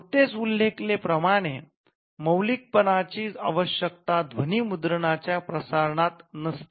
नुकतेच उल्लेख केल्याप्रमाणे मौलिकपणाची आवश्यकता ध्वनी मुद्रणाच्या प्रसारणात नसते